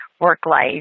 work-life